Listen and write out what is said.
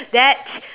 that's